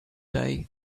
day